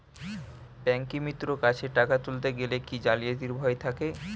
ব্যাঙ্কিমিত্র কাছে টাকা তুলতে গেলে কি জালিয়াতির ভয় থাকে?